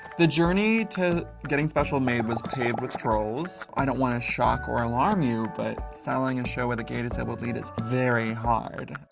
the journey to getting special made was paid with trolls. i don't want to shock or alarm you, but selling a show with a gay, disabled lead is very hard.